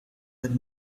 with